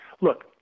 Look